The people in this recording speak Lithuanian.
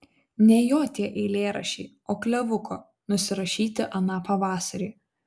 ne jo tie eilėraščiai o klevuko nusirašyti aną pavasarį